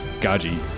Gaji